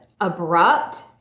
abrupt